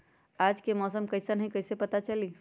आज के मौसम कईसन हैं कईसे पता चली?